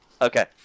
Okay